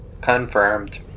Confirmed